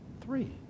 Three